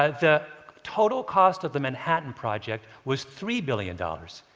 ah the total cost of the manhattan project was three billion dollars.